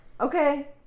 okay